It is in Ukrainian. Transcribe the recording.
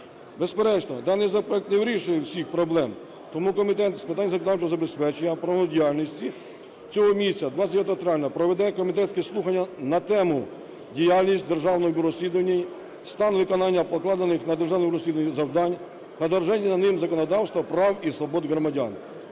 Безперечно, даний законопроект не вирішує всіх проблем. Тому Комітет з питань законодавчого забезпечення правоохоронної діяльності цього місяця, 29 травня, проведе комітетські слухання на тему: "Діяльність Державного бюро розслідувань: стан виконання покладених на Державне бюро розслідувань завдань та додержання ним законодавства, прав і свобод громадян".